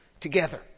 Together